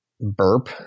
burp